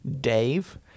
Dave